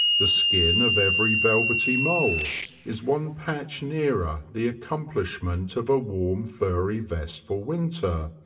the skin of every velvety mole is one patch nearer the accom plishment of a warm, furry vest for winter,